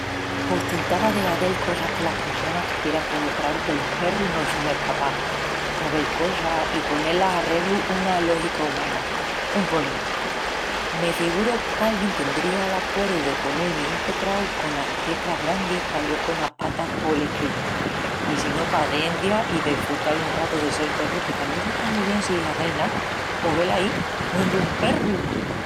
Pos tentava de hazel cosas que las pressonas tuvieran polo craru que los perrus no son escapás. Movel cosas i poné-las arreglu una lógica umana, un ponel. Me figuru qu'alguién tendriá l'acuerdu de ponel-mi un tecrau conas tecras grandis pa yo conas patas poel escrevil. I si no pacencia i desfrutal un ratu de sel perru que tamién s'está mu bien sin hazel ná, pos velaí, huendu un perru.